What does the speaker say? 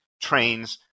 trains